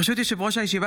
ברשות יושב-ראש הישיבה,